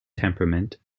temperament